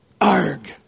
Arg